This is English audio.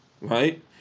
right